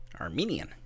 Armenian